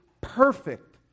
perfect